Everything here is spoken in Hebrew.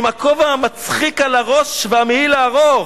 עם הכובע המצחיק על הראש והמעיל הארוך,